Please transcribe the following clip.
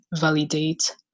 validate